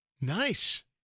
nice